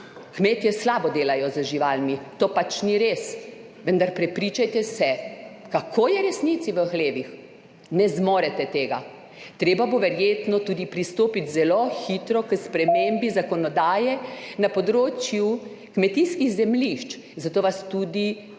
kmetje slabo delajo z živalmi. To pač ni res. Vendar, prepričajte se, kako je v resnici v hlevih. Ne zmorete tega. Treba bo verjetno tudi pristopiti zelo hitro k spremembi zakonodaje na področju kmetijskih zemljišč. Tudi to bi vas